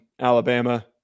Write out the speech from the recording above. Alabama